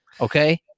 okay